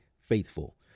faithful